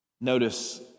Notice